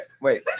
wait